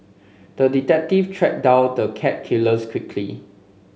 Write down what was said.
the detective tracked down the cat killers quickly